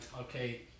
okay